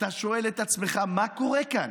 אתה שואל את עצמך: מה קורה כאן,